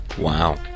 Wow